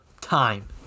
time